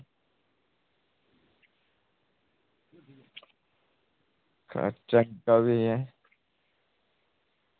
एह् चंगा भी